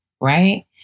right